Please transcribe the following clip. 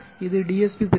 இது DSP பிரிவு